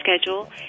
schedule